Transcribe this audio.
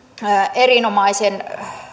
erinomaisen